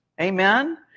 Amen